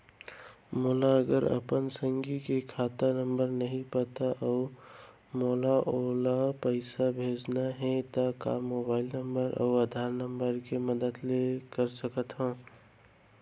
मोला अगर अपन संगी के खाता नंबर नहीं पता अऊ मोला ओला पइसा भेजना हे ता का मोबाईल नंबर अऊ आधार नंबर के मदद ले सकथव?